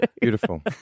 Beautiful